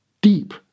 deep